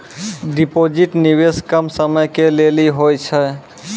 Deposit निवेश कम समय के लेली होय छै?